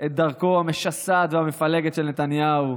את דרכו המשסעת והמפלגת של נתניהו.